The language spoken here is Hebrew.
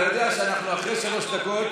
אתה יודע שאנחנו אחרי שלוש דקות,